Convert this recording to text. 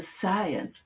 science